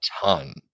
ton